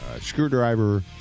Screwdriver